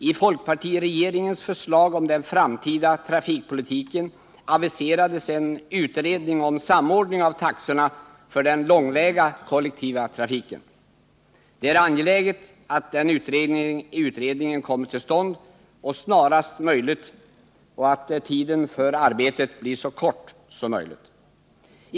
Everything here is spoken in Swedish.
I folkpartiregeringens förslag om den framtida trafikpolitiken aviserades en utredning om samordning av taxorna för den långväga kollektiva trafiken. Det är angeläget att den utredningen kommer till stånd snarast möjligt och att tiden för utredningsarbetet blir så kort som möjligt.